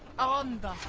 on the